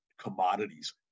commodities